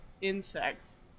insects